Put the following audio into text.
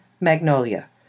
Magnolia